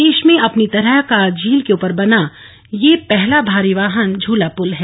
देश में अपनी तरह का झील के ऊपर बना यह पहला भारी वाहन झूला पुल है